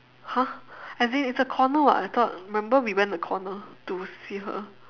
!huh! as in it's a corner [what] I thought remember when we went the corner to see her